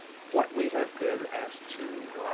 what we have been asked to